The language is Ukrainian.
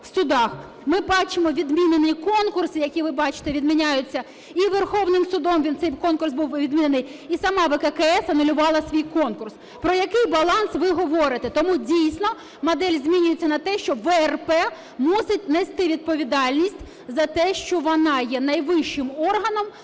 у судах, ми бачимо відмінені конкурси, які, ви бачите, відміняються, і Верховним Судом цей конкурс був відмінений, і сама ВККС анулювала свій конкурс. Про який баланс ви говорите? Тому, дійсно, модель змінюється на те, що ВРП мусить нести відповідальність за те, що вона є найвищим органом